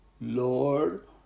Lord